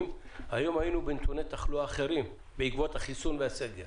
היינו היום בנתוני תחלואה אחרים בעקבות החיסון והסגר.